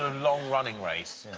long-running race,